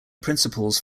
principles